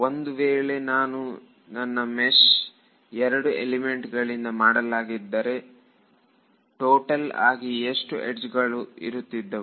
ಒಂದು ವೇಳೆ ನನ್ನ ಮೆಷ್ ಎರಡು ಎಲಿಮೆಂಟ್ಗಳಿಂದ ಮಾಡಲಾಗಿದ್ದರೆ ಟೋಟಲ್ ಆಗಿ ಎಷ್ಟು ಯಡ್ಜ್ ಗಳು ಇರುತ್ತಿದ್ದವು